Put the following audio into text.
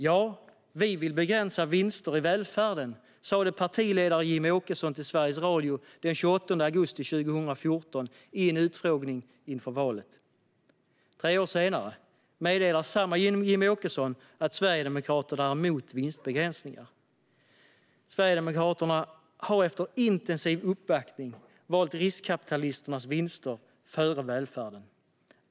Ja, vi vill begränsa vinster i välfärden, sa partiledaren Jimmie Åkesson till Sveriges Radio den 28 augusti 2014 i en utfrågning inför valet. Tre år senare meddelar samme Jimmie Åkesson att Sverigedemokraterna är emot vinstbegränsningar. Sverigedemokraterna har efter intensiv uppvaktning valt riskkapitalisternas vinster före välfärden.